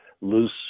loose